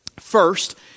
First